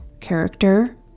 character